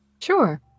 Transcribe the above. Sure